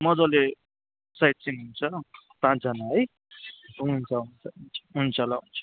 मज्जाले साइडसिन हुन्छ पाँचजना है हुन्छ हुन्छ हुन्छ ल हुन्छ